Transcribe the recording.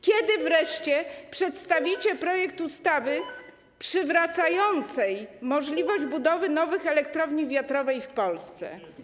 Kiedy wreszcie przedstawicie projekt ustawy przywracającej możliwość budowy nowych elektrowni wiatrowych w Polsce?